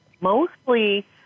Mostly